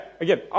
again